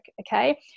okay